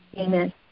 Amen